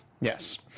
Yes